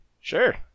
Sure